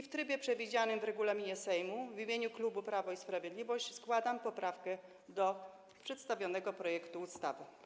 W trybie przewidzianym w regulaminie Sejmu w imieniu klubu Prawo i Sprawiedliwość składam poprawkę do przedstawionego projektu ustawy.